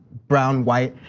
brown, white,